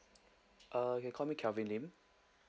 uh you can call me kelvin lim